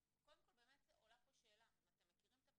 קודם כל באמת עולה פה שאלה אם אתם מכירים את הפוליסה,